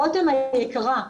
רותם היקרה,